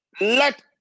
Let